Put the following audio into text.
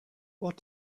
what